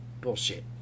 Bullshit